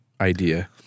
idea